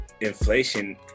inflation